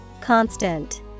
Constant